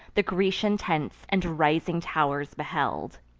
the grecian tents and rising tow'rs beheld.